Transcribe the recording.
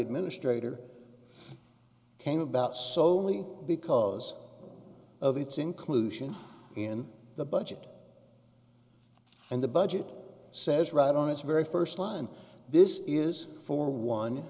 administrator came about so only because of its inclusion in the budget and the budget says right on its very first line this is for one